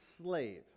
slave